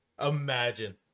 Imagine